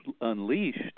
unleashed